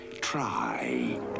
try